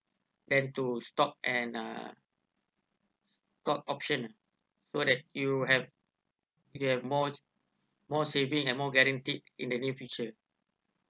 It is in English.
and to stop and uh got option so that you have you have more more saving and more guaranteed in the near future